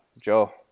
Joe